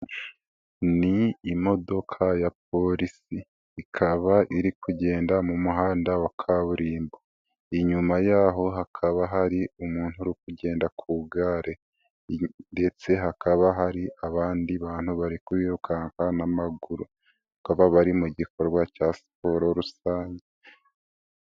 Ni imodoka ya polisi ikaba iri kugenda mu muhanda wa kaburimbo, inyuma yaho hakaba hari umuntu uri kugenda ku igare ndetse hakaba hari abandi bantu bari kwirukanka n'amaguru bakaba bari mu gikorwa cya siporo rusange.